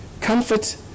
comfort